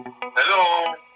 Hello